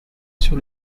sur